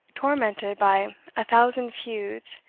tormented by a thousand feuds,